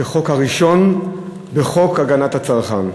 כחוק הראשון בחוקי הגנת הצרכן,